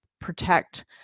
protect